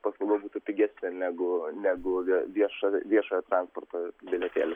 paslauga būtų pigesnė negu negu vie viešo viešojo viešojo transporto bilietėlių